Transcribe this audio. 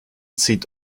zieht